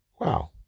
Wow